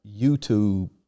YouTube